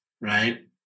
Right